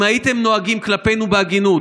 אם הייתם נוהגים כלפינו בהגינות,